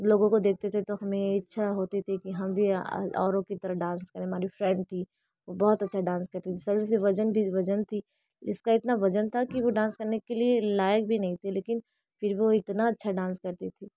लोगों को देखते थे तो हमें इच्छा होती थी कि हम भी औरों की तरह डांस करें हमारी फ्रेंड थी वो बहुत अच्छा डांस करती थी शरीर से वज़न भी वज़न थी इसका इतना वज़न था कि वो डांस करने के लिए लायक भी नहीं थी लेकिन फिर भी वो इतना अच्छा डांस करती थी